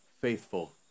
faithful